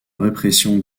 répression